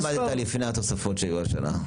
כמה עמדת לפני התוספות שהיו השנה?